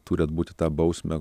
turi atbūti tą bausmę